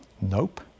Nope